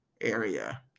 area